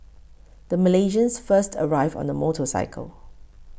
the Malaysians first arrived on a motorcycle